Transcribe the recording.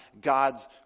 God's